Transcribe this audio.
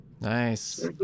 Nice